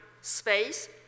space